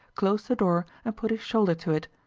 closed the door and put his shoulder to it.